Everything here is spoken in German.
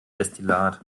destillat